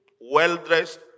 well-dressed